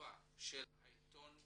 הכתובה של העיתון המודפס.